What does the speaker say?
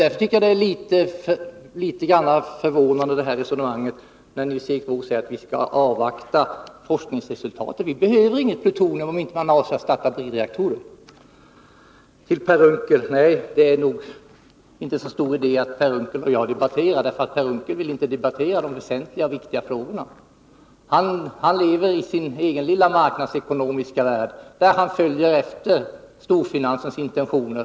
Därför tycker jag det är litet förvånande att Nils Erik Wååg säger att vi skall avvakta forskningsresultaten. Vi behöver inget plutonium, om det inte är så att man avser att starta bridreaktorer. Till Per Unckel: Nej, det är nog inte så stor idé att Per Unckel och jag debatterar, för han vill inte diskutera de väsentliga och viktiga frågorna. Han lever i sin egen lilla marknadsekonomiska värld, där han följer storfinansens intentioner.